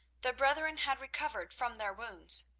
the brethren had recovered from their wounds.